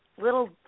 little